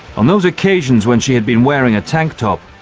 on those occasions when she had been wearing a tank top,